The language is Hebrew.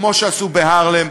כמו שעשו בהארלם,